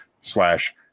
slash